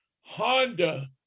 Honda